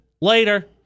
later